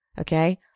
okay